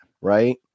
right